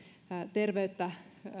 terveyttä